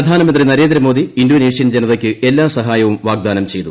പ്രധാനമന്ത്രി നരേന്ദ്രമോദി ഇന്തോനേഷ്യൻ ജനതയ്ക്ക് എല്ലാ സഹായവും വാഗ്ദാനം ചെയ്തു